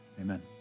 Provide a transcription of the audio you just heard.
Amen